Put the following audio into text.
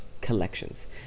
collections